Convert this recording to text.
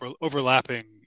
overlapping